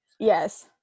Yes